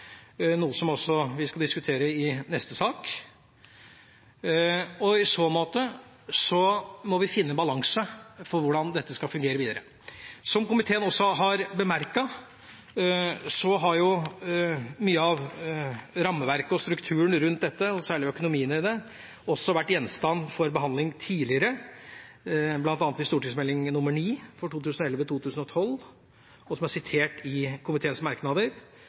noe vi også skal diskutere i neste sak. I så måte må vi finne en balanse for hvordan dette skal fungere videre. Som komiteen også har bemerket, har mye av rammeverket og strukturen rundt dette, og særlig økonomien i det, også vært gjenstand for behandling tidligere, bl.a. i Meld. St. 9 for 2011–2012, jf. sitat i komiteens merknader. Men jeg forstår det sånn at dette er et tema som også er